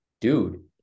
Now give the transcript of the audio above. dude